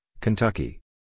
Kentucky